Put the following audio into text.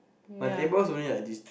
my table is only like this